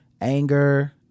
anger